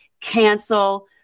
cancel